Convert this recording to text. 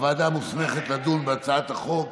הוועדה המוסמכת לדון בהצעת החוק